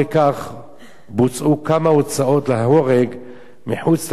בוצעו כמה הוצאות להורג מחוץ למסגרת המשפטית,